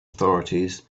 authorities